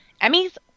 Emmy's